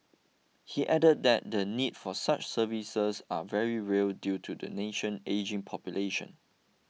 he added that the need for such services are very real due to the nation ageing population